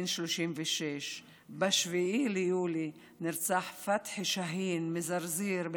בן 36. ב-7 ביולי נרצח פתחי שאהין מזרזיר,